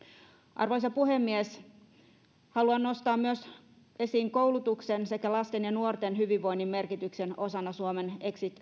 arvoisa puhemies haluan nostaa myös esiin koulutuksen sekä lasten ja nuorten hyvinvoinnin merkityksen osana suomen exit